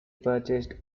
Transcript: purchased